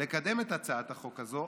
לקדם את הצעת החוק הזו.